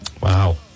Wow